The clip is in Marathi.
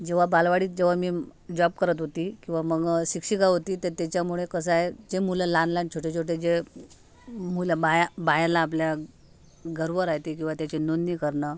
जेव्हा बालवाडीत जेव्हा मी जॉब करत होती किंवा मग शिक्षिका होती तर त्याच्यामुळे कसं आहे जे मुलं लहान लहान छोटे छोटे जे मुलं बाया बायाला आपल्या गर्भ राह्यते किंवा त्याची नोंदणी करणं